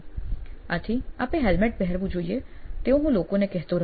આથી આપે હેલ્મેટ પહેરવું જોઈએ તેવું હું લોકોને કહેતો રહ્યો